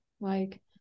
Like-